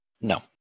No